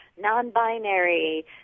non-binary